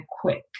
quick